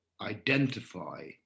identify